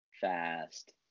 fast